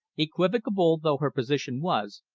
equivocal though her position was,